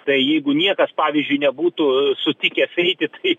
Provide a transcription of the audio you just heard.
tai jeigu niekas pavyzdžiui nebūtų sutikęs eiti tai